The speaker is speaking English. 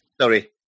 Sorry